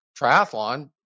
triathlon